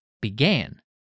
began